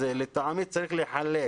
לטעמי, צריך לחלק